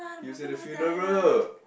he was at the funeral